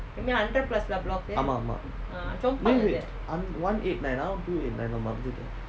ah mah ah mah eh wait one eight nine two eight nine